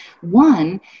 One